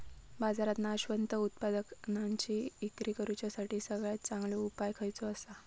बाजारात नाशवंत उत्पादनांची इक्री करुच्यासाठी सगळ्यात चांगलो उपाय खयचो आसा?